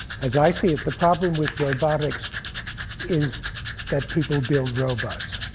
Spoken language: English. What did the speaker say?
as i see it, the problem with robotics is that people build robots.